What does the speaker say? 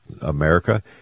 America